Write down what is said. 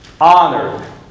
Honored